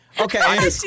Okay